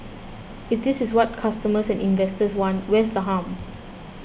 if this is what customers and investors want where's the harm